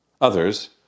others